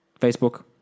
Facebook